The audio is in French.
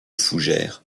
fougères